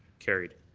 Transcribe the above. carried.